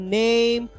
name